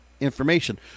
information